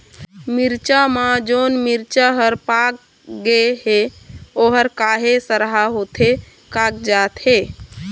मिरचा म जोन मिरचा हर पाक गे हे ओहर काहे सरहा होथे कागजात हे?